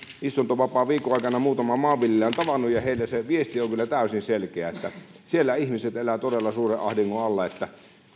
istuntovapaan viikon aikana muutaman maanviljelijän tavannut ja heillä se viesti on kyllä täysin selkeä siellä ihmiset elävät todella suuren ahdingon alla ja